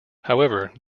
however